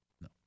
no